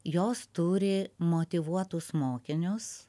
jos turi motyvuotus mokinius